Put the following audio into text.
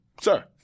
sir